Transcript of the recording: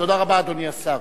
תודה רבה, אדוני השר.